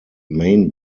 main